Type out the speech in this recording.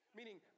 meaning